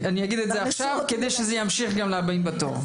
אני אגיד את זה עכשיו כדי שזה ימשיך גם לבאים בתור.